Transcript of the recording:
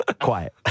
Quiet